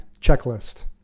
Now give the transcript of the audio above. Checklist